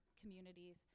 communities